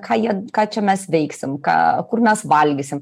ką jie ką čia mes veiksim ką kur mes valgysim